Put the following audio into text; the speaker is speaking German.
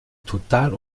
total